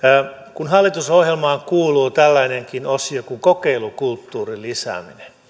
kun hallitusohjelmaan kuuluu tällainenkin osio kuin kokeilukulttuurin